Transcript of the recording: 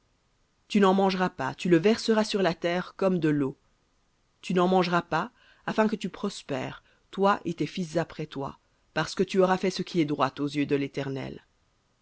tu n'en mangeras pas tu le verseras sur la terre comme de leau tu n'en mangeras pas afin que tu prospères toi et tes fils après toi parce que tu auras fait ce qui est droit aux yeux de l'éternel